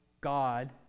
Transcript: God